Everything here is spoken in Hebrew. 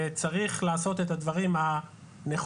וצריך לעשות את הדברים הנכונים.